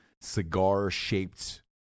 cigar-shaped